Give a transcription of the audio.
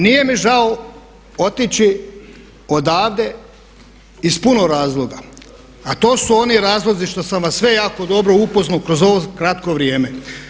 Nije mi žao otići odavde iz puno razloga, a to su oni razlozi što sam vas sve jako dobro upoznao kroz ovo kratko vrijeme.